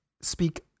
speak